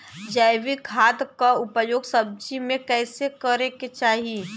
जैविक खाद क उपयोग सब्जी में कैसे करे के चाही?